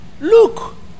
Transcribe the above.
Look